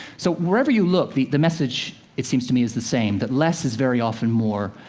so wherever you look, the the message, it seems to me, is the same that less is very often more,